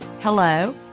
hello